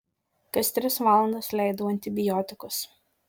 kas tris valandas leidau antibiotikus